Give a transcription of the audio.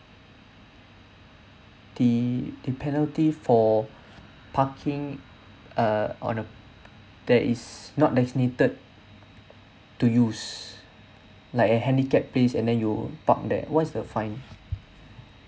the the penalty for parking err on uh that is not nice knitted to use like a handicap place and then you park there wha's the fine mm